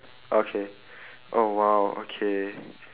okay oh !wow! okay